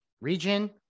region